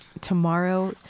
Tomorrow